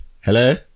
Hello